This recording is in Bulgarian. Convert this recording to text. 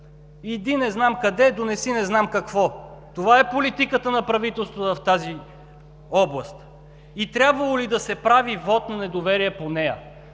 „Иди – не знам къде, донеси – не знам какво.“ Това е политиката на правителството в тази област. И трябвало ли е да се прави вот на недоверие по нея?!